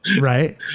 right